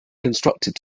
constructed